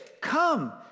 Come